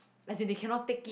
as in they cannot take it